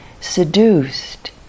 seduced